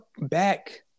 back